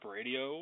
Radio